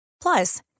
Plus